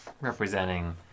representing